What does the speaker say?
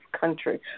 country